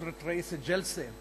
עם אוזניות.